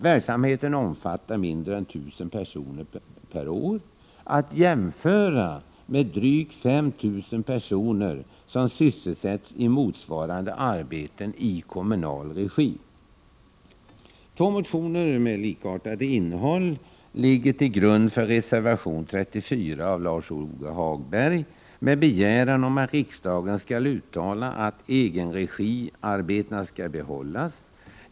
Verksamheten omfattar mindre än 1 000 personer per år, att jämföra med drygt 5 000 personer som sysselsätts i motsvarande arbeten i kommunal regi. Två motioner med likartat innehåll ligger till grund för reservation 34 av Lars-Ove Hagberg med begäran om att riksdagen skall uttala att egenregiarbetena skall behållas.